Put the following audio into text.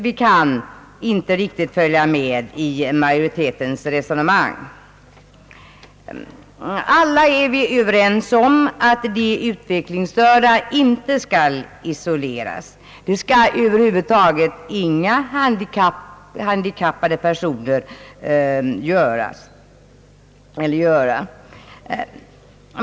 Vi kan inte riktigt följa med i majoritetens resonemandg. Alla är vi överens om att de utvecklingsstörda inte skall isoleras. Det skall man över huvud taget inte göra med några handikappade personer.